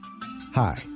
Hi